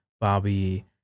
Bobby